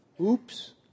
oops